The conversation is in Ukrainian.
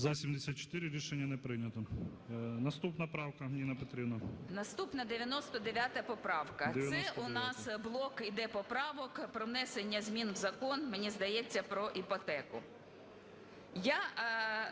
За-74 Рішення не прийнято. Наступна правка, Ніна Петрівна. 13:24:46 ЮЖАНІНА Н.П. Наступна 99 поправка. Це у нас блок іде поправок про внесення змін в закон, мені здається, про іпотеку.